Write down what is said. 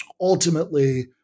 ultimately